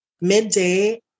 Midday